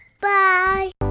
Bye